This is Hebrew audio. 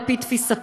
על פי תפיסתו?